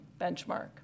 benchmark